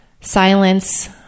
silence